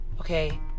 Okay